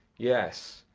yes,